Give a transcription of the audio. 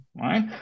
right